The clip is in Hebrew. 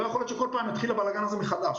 לא יכול להיות שכל פעם יתחיל הבלגן הזה מחדש.